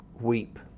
weep